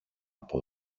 από